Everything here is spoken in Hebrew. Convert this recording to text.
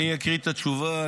אני אקריא את התשובה.